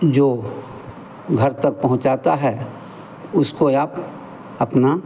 जो घर तक पहुंचाता है उसको आप अपना